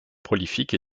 prolifique